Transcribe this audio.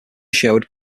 sherwood